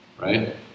right